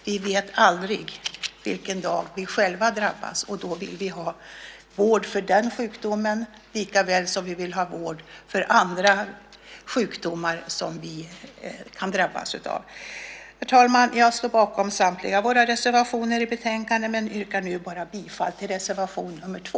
Vi vet aldrig vilken dag vi själva drabbas. När det händer vill vi kunna få psykiatrisk vård, lika väl som vi vill få vård för andra sjukdomar som vi kan drabbas av. Herr talman! Jag står bakom Folkpartiets samtliga reservationer i betänkandet men yrkar nu bifall bara till reservation 2.